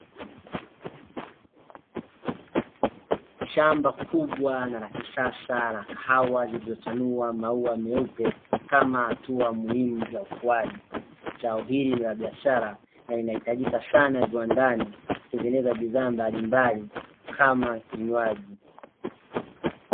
Shamba kubwa na la kisasa la kahawa zilizochanua maua meupe kama hatua muhimu ya ukuaji. Zao hili ni la biashara, na linahitajika sana viwandani kutengeneza bidhaa mbalimbali kama vinywaji.